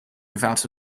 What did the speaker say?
without